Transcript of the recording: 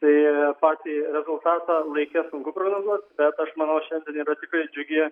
tai patį rezultatą laike sunku prognozuot bet aš manau šiandien yra tikrai džiugi